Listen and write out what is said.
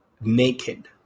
naked